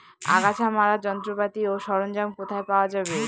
আগাছা মারার যন্ত্রপাতি ও সরঞ্জাম কোথায় পাওয়া যাবে?